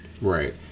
right